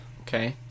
Okay